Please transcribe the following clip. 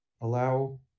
allow